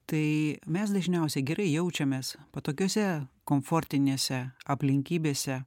tai mes dažniausiai gerai jaučiamės patogiose komfortinėse aplinkybėse